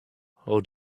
how